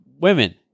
women